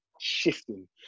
shifting